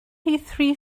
three